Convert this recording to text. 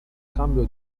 cambio